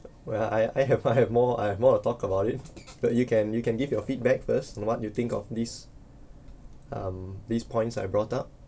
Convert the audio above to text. well I I have I have more I have more to talk about it but you can you can give your feedback first and what you think of this um these points I brought up